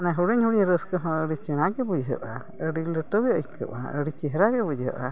ᱚᱱᱮ ᱦᱩᱰᱤᱧ ᱦᱩᱰᱤᱧ ᱨᱟᱹᱥᱠᱟᱹ ᱦᱚᱸ ᱟᱹᱰᱤ ᱥᱮᱬᱟᱜᱮ ᱵᱩᱡᱷᱟᱹᱜᱼᱟ ᱟᱹᱰᱤ ᱞᱟᱹᱴᱩᱜᱮ ᱟᱹᱭᱠᱟᱹᱣᱚᱜᱼᱟ ᱟᱹᱰᱤ ᱪᱮᱦᱨᱟᱜᱮ ᱵᱩᱡᱷᱟᱹᱜᱼᱟ